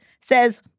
says